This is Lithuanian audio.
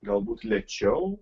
galbūt lėčiau